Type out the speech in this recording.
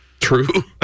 True